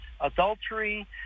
adultery